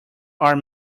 are